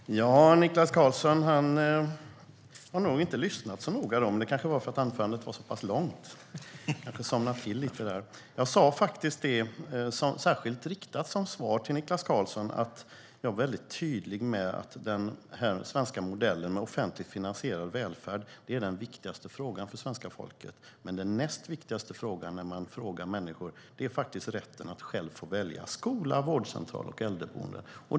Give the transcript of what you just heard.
Herr talman! Niklas Karlsson har nog inte lyssnat så noga, men det kanske var för att anförandet var så pass långt att han somnade till lite grann. Jag sa särskilt, riktat som svar till Niklas Karlsson, att jag vill vara tydlig med att den svenska modellen med offentligt finansierad välfärd är den viktigaste frågan för svenska folket. Men den näst viktigaste frågan är faktiskt rätten att själv få välja skola, vårdcentral och äldreboende.